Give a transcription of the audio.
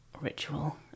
ritual